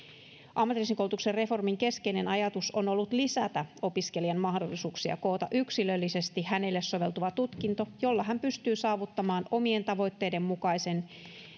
ammatillisen koulutuksen reformin keskeinen ajatus on ollut lisätä opiskelijan mahdollisuuksia koota yksilöllisesti hänelle soveltuva tutkinto jolla hän pystyy saavuttamaan omien tavoitteiden mukaisen